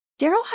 Daryl